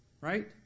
right